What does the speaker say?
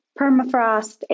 permafrost